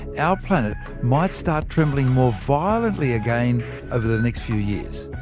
our planet might start trembling more violently again over the next few years.